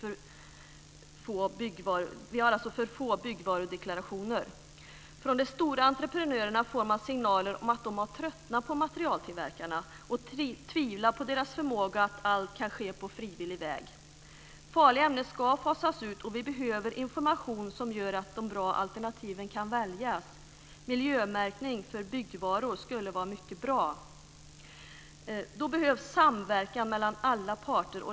Vi har för få byggvarudeklarationer. Från de stora entreprenörerna får man signaler om att de har tröttnat på materialtillverkarna och tvivlar på deras förmåga att göra allt på frivillig väg. Farliga ämnen ska fasas ut, och vi behöver information som gör att de bra alternativen kan väljas. Miljömärkning för byggvaror skulle vara mycket bra. Då behövs samverkan mellan alla parter.